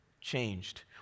changed